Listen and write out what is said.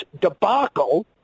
debacle